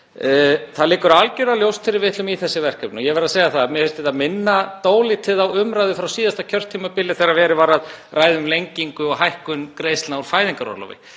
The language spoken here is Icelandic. Það liggur algjörlega ljóst fyrir að við ætlum í þessi verkefni. Ég verð að segja að mér finnst þetta minna dálítið á umræðu frá síðasta kjörtímabili þegar verið var að ræða um lengingu og hækkun greiðslna í fæðingarorlofi.